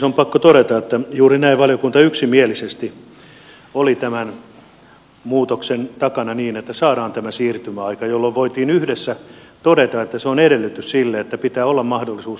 on pakko todeta että juuri näin valiokunta yksimielisesti oli tämän muutoksen takana niin että saadaan tämä siirtymäaika jolloin voitiin yhdessä todeta että se on edellytys sille että pitää olla mahdollisuus vakuutukseen